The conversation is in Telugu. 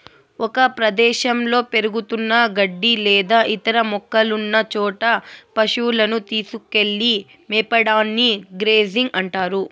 ఒక ప్రదేశంలో పెరుగుతున్న గడ్డి లేదా ఇతర మొక్కలున్న చోట పసువులను తీసుకెళ్ళి మేపడాన్ని గ్రేజింగ్ అంటారు